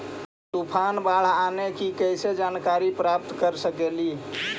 तूफान, बाढ़ आने की कैसे जानकारी प्राप्त कर सकेली?